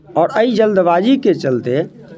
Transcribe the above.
आओर एहि जल्दबाजीके चलते